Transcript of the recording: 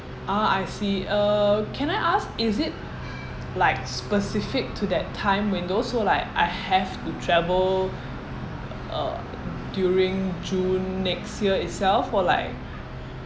ah I see uh can I ask is it like specific to that time window so like I have to travel uh during june next year itself or like